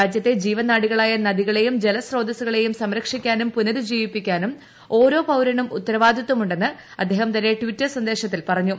രാജ്യത്തെ ജീവനാഡികളായ നദികളെയും ജലസ്രോതസ്സുകളെയും സംരക്ഷിക്കാനും പുനരുജ്ജീവിപ്പിക്കാനും ഓരോ പൌരനും ഉത്തരവാദിത്വമുണ്ടെന്ന് അദ്ദേഹം തന്റെ ട്വിറ്റർ സന്ദേശത്തിൽ പറഞ്ഞു